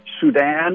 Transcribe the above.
Sudan